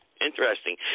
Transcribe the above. Interesting